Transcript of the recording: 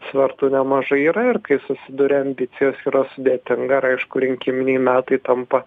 svertų nemažai yra ir kai susiduria ambicijos yra sudėtinga ir aišku rinkiminiai metai tampa